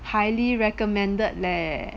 highly recommended leh